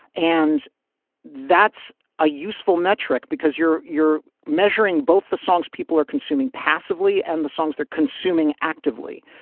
and that's a useful metric because you're you're measuring both the songs people are consuming passively and the songs they're consuming actively.